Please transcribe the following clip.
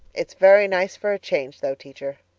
it's very nice for a change though, teacher.